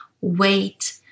wait